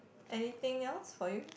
anything else for you